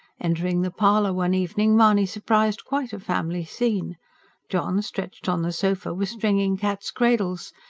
entering the parlour one evening mahony surprised quite a family scene john, stretched on the sofa, was stringing cats'-cradles,